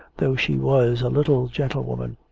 though she was a little gentle woman.